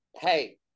Hey